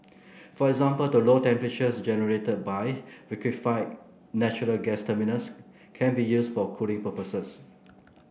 for example the low temperatures generated by liquefied natural gas terminals can be used for cooling purposes